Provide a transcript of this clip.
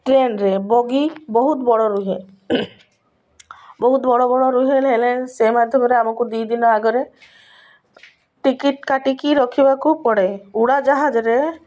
ଟ୍ରେନ୍ରେ ବଗି ବହୁତ ବଡ଼ ରୁହେ ବହୁତ ବଡ଼ ବଡ଼ ରୁହେ ହେଲେ ହେଲେ ସେ ମାଧ୍ୟମରେ ଆମକୁ ଦୁଇ ଦିନ ଆଗରେ ଟିକେଟ୍ କାଟିକି ରଖିବାକୁ ପଡ଼େ ଉଡ଼ାଜାହାଜରେ